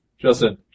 Justin